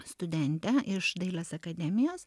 studentė iš dailės akademijos